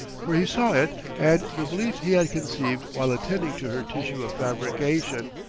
for he saw it and the belief he had conceived while attending to her tissue of fabrication,